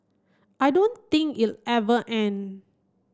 I don't think it ever end